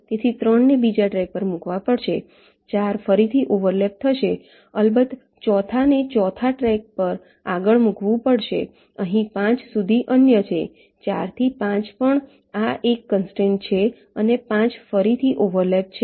તેથી 3 ને ત્રીજા ટ્રેક પર મૂકવા પડશે 4 ફરીથી ઓવરલેપ થશે અલબત્ત ચોથાને ચોથા ટ્રેક પર આગળ મૂકવું પડશે અહીં 5 સુધી અન્ય છે 4 થી 5 પણ આ એક કન્સ્ટ્રેંટ છે અને 5 ફરીથી ઓવરલેપ છે